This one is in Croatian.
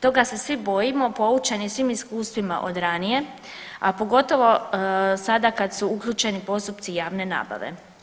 Toga svi bojimo poučeni svim iskustvima od ranije, a pogotovo sada kada su uključeni postupci javne nabave.